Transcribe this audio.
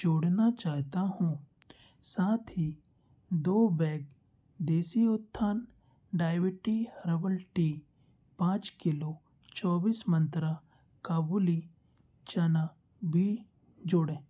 जोड़ना चाहता हूँ साथ ही दो बैग देसी उत्थान डाईबटी हर्बल टी पाँच किलो चौबीस मंत्रा काबुली चना भी जोड़ें